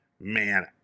man